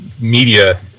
media